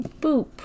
Boop